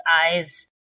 eyes